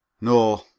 No